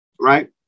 Right